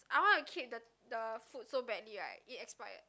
I want to keep the the food so badly right it expired